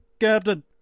captain